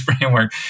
framework